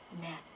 net